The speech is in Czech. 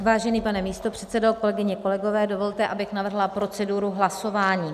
Vážený pane místopředsedo, kolegyně, kolegové, dovolte, abych navrhla proceduru hlasování.